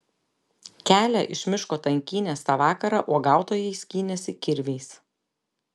kelią iš miško tankynės tą vakarą uogautojai skynėsi kirviais